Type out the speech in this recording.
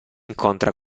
incontra